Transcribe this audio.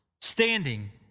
standing